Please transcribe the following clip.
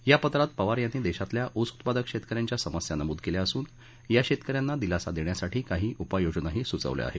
या पत्रात पवार यांनी देशातल्या ऊस उत्पादक शेतक यांच्या समस्या नमूद केल्या असून या शेतक यांना दिलासा देण्यासाठी काही उपाययोजनाही सुचवल्या आहेत